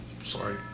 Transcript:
Sorry